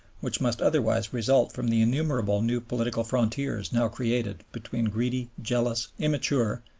which must otherwise result from the innumerable new political frontiers now created between greedy, jealous, immature,